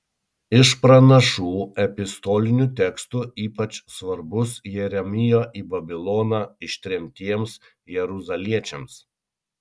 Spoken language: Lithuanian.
iš pranašų epistolinių tekstų ypač svarbus jeremijo į babiloną ištremtiems jeruzaliečiams